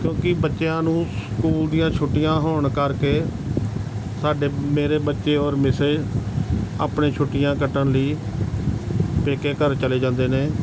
ਕਿਉਂਕਿ ਬੱਚਿਆਂ ਨੂੰ ਸਕੂਲ ਦੀਆਂ ਛੁੱਟੀਆਂ ਹੋਣ ਕਰਕੇ ਸਾਡੇ ਮੇਰੇ ਬੱਚੇ ਔਰ ਮਿਸਿਜ਼ ਆਪਣੇ ਛੁੱਟੀਆਂ ਕੱਟਣ ਲਈ ਪੇਕੇ ਘਰ ਚਲੇ ਜਾਂਦੇ ਨੇ